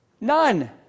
None